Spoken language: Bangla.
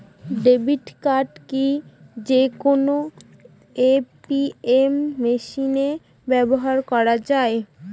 ক্রেডিট কার্ড কি যে কোনো এ.টি.এম মেশিনে ব্যবহার করা য়ায়?